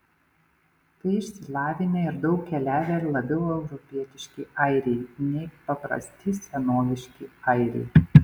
tai išsilavinę ir daug keliavę labiau europietiški airiai nei paprasti senoviški airiai